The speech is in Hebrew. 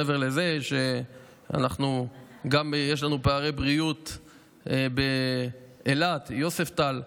מעבר לזה יש לנו גם פערי בריאות באילת, ביוספטל.